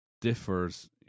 differs